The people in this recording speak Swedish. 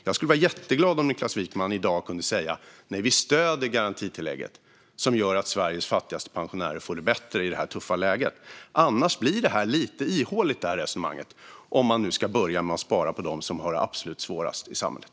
Jag skulle vara jätteglad om Niklas Wykman i dag kunde säga: Vi stöder garantitillägget, som gör att Sveriges fattigaste pensionärer får det bättre i det här tuffa läget! Annars blir resonemanget lite ihåligt om man nu ska börja med att spara på dem som har det absolut svårast i samhället.